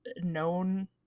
known